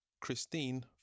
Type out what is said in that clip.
Christine